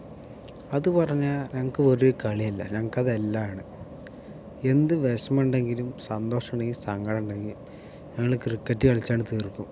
അത് പറഞ്ഞാൽ ഞങ്ങൾക്കൊരു കളിയല്ല ഞങ്ങൾക്കതെല്ലാമാണ് എന്ത് വിഷമം ഉണ്ടെങ്കിലും സന്തോഷമുണ്ടെങ്കിലും സങ്കടമുണ്ടെങ്കിലും ഞങ്ങള് ക്രിക്കറ്റ് കളിച്ചങ്ങോട്ട് തീർക്കും